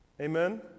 Amen